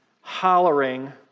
hollering